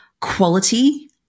quality